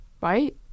right